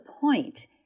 point